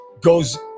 goes